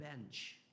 bench